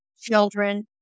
Children